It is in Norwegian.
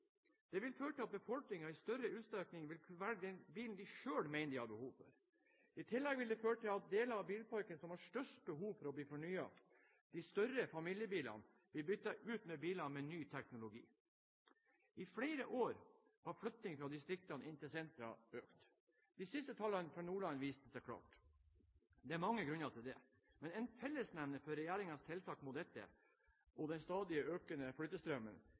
Det vil føre til at befolkningen i større utstrekning vil kunne velge den bilen de selv mener de har behov for. I tillegg vil det føre til at den delen av bilparken som har størst behov for å bli fornyet – de større familiebilene – blir byttet ut med biler med ny teknologi. I flere år har flyttingen fra distriktene inn til sentrene økt. De siste tallene fra Nordland viser det klart. Det er mange grunner til det. Men en fellesnevner for regjeringens tiltak mot dette og den stadig økende flyttestrømmen